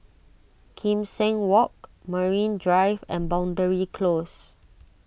Kim Seng Walk Marine Drive and Boundary Close